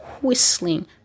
whistling